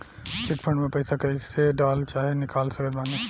Chit fund मे पईसा कईसे डाल चाहे निकाल सकत बानी?